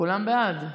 כולם בעד.